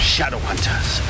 Shadowhunters